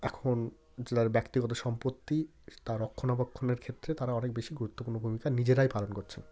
এখন যে যার ব্যক্তিগত সম্পত্তি তার রক্ষণাবেক্ষণের ক্ষেত্রে তারা অনেক বেশি গুরুত্বপূর্ণ ভূমিকা নিজেরাই পালন করছেন